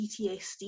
PTSD